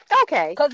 Okay